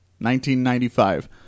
1995